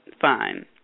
fine